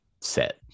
set